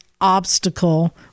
obstacle